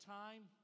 time